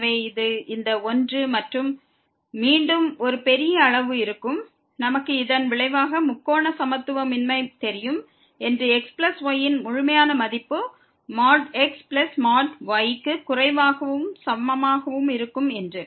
எனவே இது இந்த ஒன்று மற்றும் மீண்டும் ஒரு பெரிய அளவு இருக்கும் நமக்கு இதன் விளைவாக முக்கோண சமத்துவமின்மை தெரியும் என்று xy ன் முழுமையான மதிப்பு xy க்கு குறைவாகவும் சமமாகவும் இருக்கும் என்று